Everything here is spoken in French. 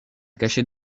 cachet